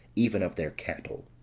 even of their cattle.